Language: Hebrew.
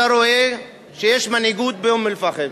אתה רואה שיש מנהיגות באום-אל-פחם,